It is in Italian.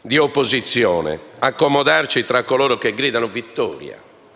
di opposizione, accomodarci tra coloro che gridano vittoria